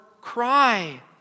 cry